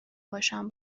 باشم